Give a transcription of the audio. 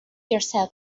yourself